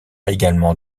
également